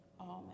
Amen